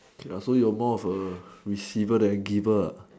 okay lah so you are more of a receiver than giver